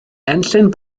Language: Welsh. enllyn